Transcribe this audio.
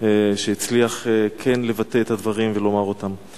שהצליח כן לבטא את הדברים ולומר אותם.